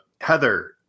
Heather